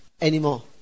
anymore